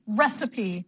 recipe